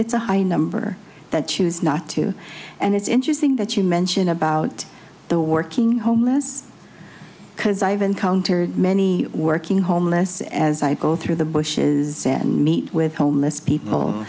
it's a high number that choose not to and it's interesting that you mention about the working homeless because i've encountered many working homeless as i go through the bush's meet with homeless people